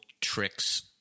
tricks